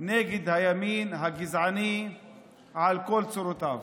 נגד הימין הגזעני על כל צורותיו.